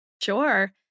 Sure